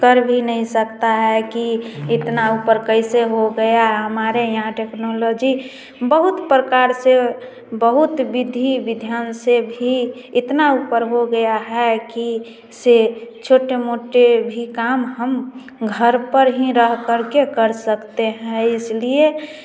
कर भी नहीं सकता है कि इतना ऊपर कैसे हो गया हमारे यहाँ टेक्नोलॉजी बहुत प्रकार से बहुत विधि विधान से भी इतना ऊपर हो गया है कि से छोटे मोटे भी काम हम घर पर ही रह करके कर सकते है इसलिए